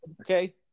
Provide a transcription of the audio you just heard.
Okay